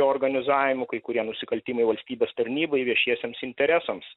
organizavimu kai kurie nusikaltimai valstybės tarnybai viešiesiems interesams